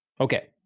okay